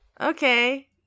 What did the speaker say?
Okay